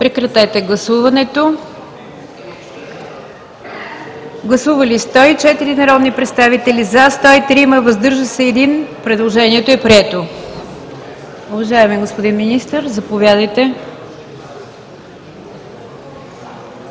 Процедура на гласуване. Гласували 104 народни представители: за 103, против няма, въздържал се 1. Предложението е прието. Уважаеми господин Министър, заповядайте.